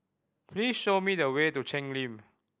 please show me the way to Cheng Lim